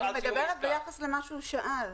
אני מדברת ביחס למה שהוא שאל.